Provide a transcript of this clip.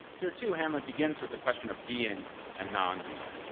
here too hamlet begins with the question of being and non-being.